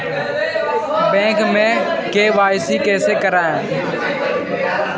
Bank में KYC कैसे करायें?